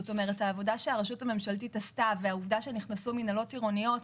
העבודה שהרשות הממשלתית עשתה והעובדה שנכנסו מנהלות עירוניות,